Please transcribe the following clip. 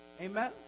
Amen